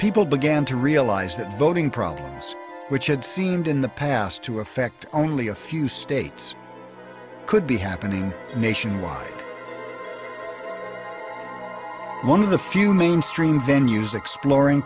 people began to realize that voting problems which had seemed in the past to affect only a few states could be happening nationwide one of the few mainstream venue's exploring